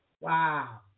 Wow